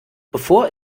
bevor